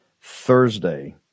Thursday